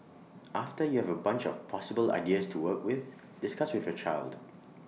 after you have A bunch of possible ideas to work with discuss with your child